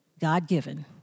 God-given